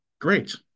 Great